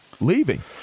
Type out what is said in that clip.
leaving